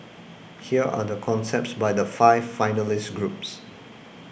here are the concepts by the five finalist groups